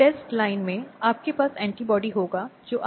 इसलिए सुरक्षा अधिकारी के पास शिकायत दर्ज की जा सकती है